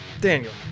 Daniel